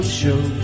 show